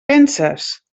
penses